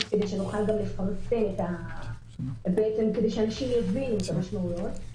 כדי שנוכל לפרסם ושאנשים יבינו את המשמעויות.